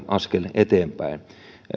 askel eteenpäin